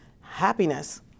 happiness